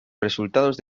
resultados